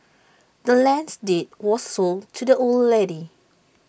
the land's deed was sold to the old lady